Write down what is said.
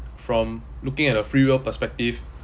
from looking at a free will perspective